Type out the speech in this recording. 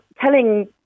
telling